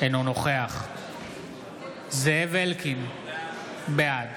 אינו נוכח זאב אלקין, בעד